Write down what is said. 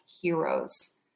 heroes